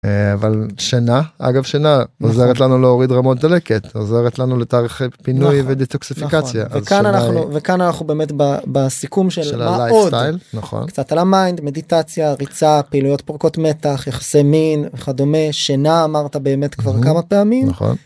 אבל שינה, אגב שינה, עוזרת לנו להוריד רמות דלקת, עוזרת לנו לתהליכי פינוי ודטוקסיפיקציה. וכאן אנחנו באמת בסיכום של מה עוד, קצת על המיינד, מדיטציה, ריצה, פעילויות פורקות מתח, יחסי מין וכדומה, שינה אמרת באמת כבר כמה פעמים.